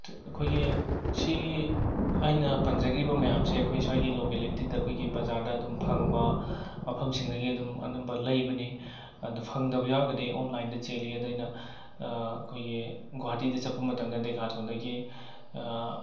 ꯑꯩꯈꯣꯏꯒꯤ ꯁꯤ ꯑꯩꯅ ꯄꯟꯖꯈ꯭ꯔꯤꯕ ꯃꯌꯥꯝꯁꯦ ꯑꯩꯈꯣꯏ ꯁ꯭ꯋꯥꯏꯒꯤ ꯂꯣꯀꯦꯂꯤꯇꯤꯗ ꯑꯩꯈꯣꯏꯒꯤ ꯕꯥꯖꯥꯔꯗ ꯑꯗꯨꯝ ꯐꯪꯕ ꯃꯐꯝꯁꯤꯡꯗꯒꯤ ꯑꯗꯨꯝ ꯑꯅꯝꯕ ꯂꯩꯕꯅꯤ ꯑꯗꯣ ꯐꯪꯗꯕ ꯌꯥꯎꯔꯒꯗꯤ ꯑꯣꯟꯂꯥꯏꯟꯗꯒꯤ ꯆꯦꯜꯂꯤ ꯑꯗ ꯑꯩꯅ ꯑꯩꯈꯣꯏꯒꯤ ꯒꯨꯋꯥꯍꯥꯇꯤꯗ ꯆꯠꯄ ꯃꯇꯝꯗ ꯗꯦꯀꯥꯠꯂꯣꯟꯗꯒꯤ